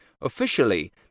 Officially